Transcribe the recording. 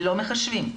לא מחשבים להם.